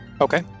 Okay